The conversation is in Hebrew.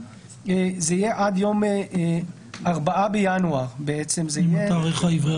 בשבט התשפ"ב (4 בינואר 2022)". תיקון התוספת בתוספת לתקנות העיקריות